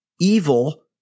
evil